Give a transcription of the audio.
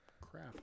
crap